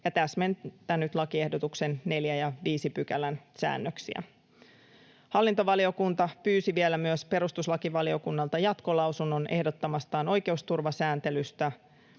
ja täsmentänyt lakiehdotuksen 4 ja 5 §:n säännöksiä. Hallintovaliokunta pyysi vielä perustuslakivaliokunnalta jatkolausunnon ehdottamastaan oikeusturvasääntelystä,